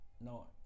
No